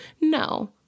No